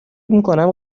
میکنم